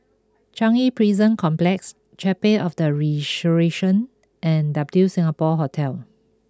Changi Prison Complex Chapel of the Resurrection and W Singapore Hotel